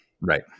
Right